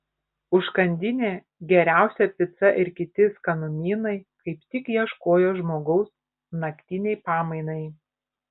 užkandinė geriausia pica ir kiti skanumynai kaip tik ieškojo žmogaus naktinei pamainai